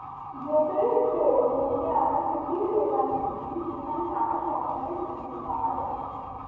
grocery store বলতে আমরা মুদির দোকান বুঝি যেখানে নানা সংসারের জিনিস পাওয়া যায়